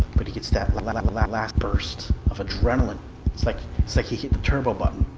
but he gets dead when i'm at that last burst of adrenaline it's like it's like he hit the turbo button